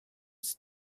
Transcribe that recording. its